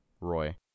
Roy